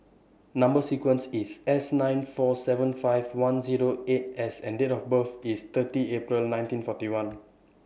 Number sequence IS S nine four seven five one Zero eight S and Date of birth IS thirty April nineteen forty one